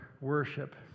worship